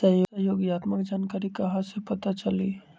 सहयोगात्मक जानकारी कहा से पता चली?